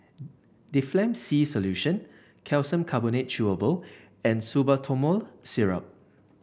Difflam C Solution Calcium Carbonate Chewable and Salbutamol Syrup